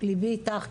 ליבי איתך,